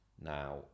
Now